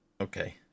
Okay